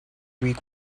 week